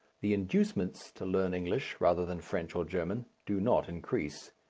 the inducements to learn english, rather than french or german, do not increase.